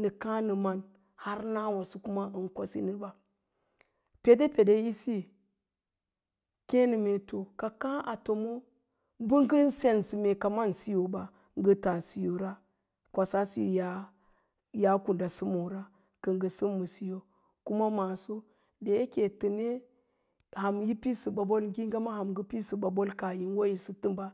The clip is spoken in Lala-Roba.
Na káá nə man har ma waso kuma bən kwsinəɓa. Peɗe peɗe isi kéé nə mee to ka káá a tomo, bə ngən sensə mee kaman siso ɓa ngə taa siyora, kwasa'a siyo yaa kunda sə moora kə rgə səm ma siso, kuma maso da yake təne ham yi piɗsəɓa bol, ham ngə piɗsə ɓa bol kaah yi wo yisə təmba